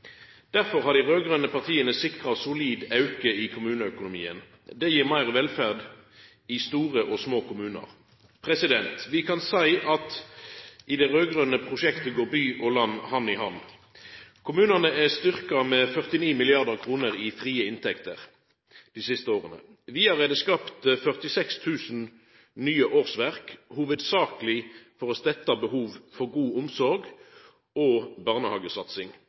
Derfor har dei raud-grøne partia sikra solid auke i kommuneøkonomien. Det gir meir velferd i store og små kommunar. Vi kan seia at i det raud-grøne prosjektet går by og land hand i hand. Kommunane er styrkte med 49 mrd. kr i frie inntekter dei siste åra. Vidare er det skapt 46 000 nye årsverk, hovudsakleg for å stetta behov for god omsorg og barnehagesatsing.